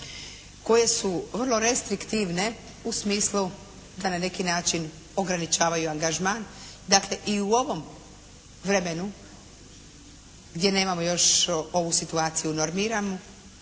koje su vrlo restriktivne u smislu da na neki način ograničavaju angažman. Dakle, i u ovom vremenu gdje nemamo još ovu situaciju normiranu,